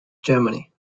germany